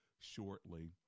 Shortly